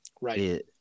Right